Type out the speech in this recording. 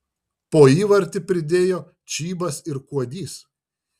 po įvartį pridėjo čybas ir kuodys